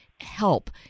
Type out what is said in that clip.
help